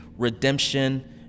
redemption